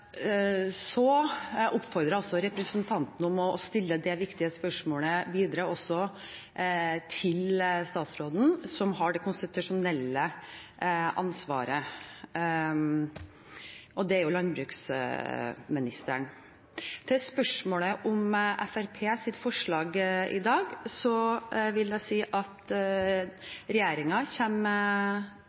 Jeg oppfordrer altså representanten til å stille dette viktige spørsmålet til den statsråden som har det konstitusjonelle ansvaret, og det er landbruksministeren. Til spørsmålet om Fremskrittspartiets forslag i dag vil jeg si at